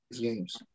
games